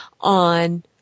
on